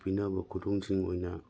ꯄꯤꯅꯕ ꯈꯨꯗꯣꯟꯁꯤꯡ ꯑꯣꯏꯅ